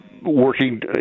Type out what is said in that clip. working